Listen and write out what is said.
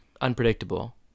Unpredictable